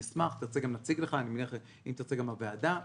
אם תרצה, גם נציג לך ואם גם הוועדה תרצה.